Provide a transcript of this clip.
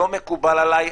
לא מקובל עליי,